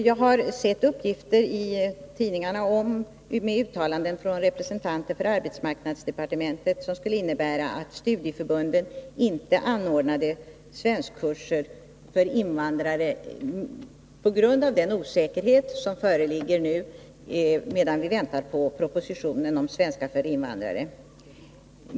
Jag har i tidningarna sett uttalanden från representanter för arbetsmark 164 nadsdepartementet med den innebörden att studieförbunden inte anordnar svenskkurser för invandrare på grund av den osäkerhet som nu föreligger medan vi väntar på propositionen om svenskundervisning för invandrare.